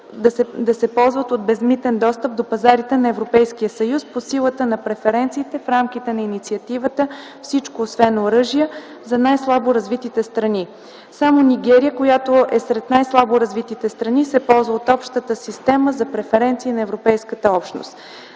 да се ползват от безмитен достъп до пазарите на Европейския съюз по силата на преференциите в рамките на Инициативата „Всичко освен оръжия” за най-слаборазвитите страни. Само Нигерия, която не е сред най-слаборазвитите страни, се ползва от общата система за преференции на Европейската общност.